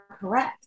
correct